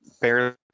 barely